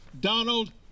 Donald